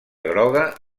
groga